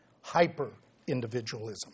hyper-individualism